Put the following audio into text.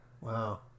Wow